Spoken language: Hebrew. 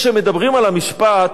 כשמדברים על המשפט,